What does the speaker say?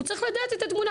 הוא צריך לדעת את התמונה.